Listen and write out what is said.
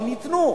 או נקנו,